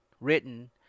written